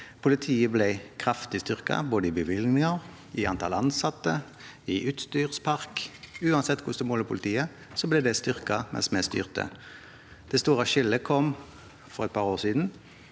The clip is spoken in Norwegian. Politiet ble kraftig styrket både i bevilgninger, i antall ansatte og i utstyrspark. Uansett hvordan man måler politiet, ble de styrket mens vi styrte. Det store skillet kom for et par år siden.